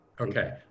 okay